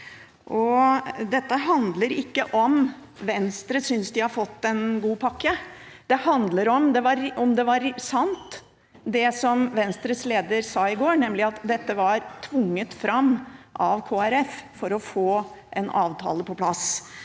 Dette handler ikke om hvorvidt Venstre synes de har fått en god pakke. Det handler om hvorvidt det var sant det som Venstres leder sa i går, nemlig at dette var tvunget fram av Kristelig Folkeparti for å få en avtale på plass.